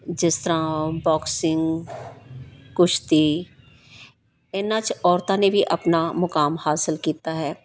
ਜਿਸ ਤਰ੍ਹਾਂ ਬੋਕਸਿੰਗ ਕੁਸ਼ਤੀ ਇਹਨਾਂ 'ਚ ਔਰਤਾਂ ਨੇ ਵੀ ਆਪਣਾ ਮੁਕਾਮ ਹਾਸਲ ਕੀਤਾ ਹੈ